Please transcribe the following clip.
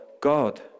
God